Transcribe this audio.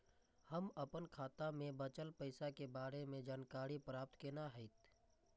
हम अपन खाता में बचल पैसा के बारे में जानकारी प्राप्त केना हैत?